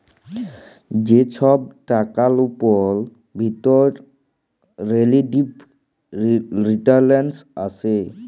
যে ছব টাকার উপর ফিরত রিলেটিভ রিটারল্স আসে